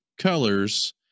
Colors